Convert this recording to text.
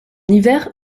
hiver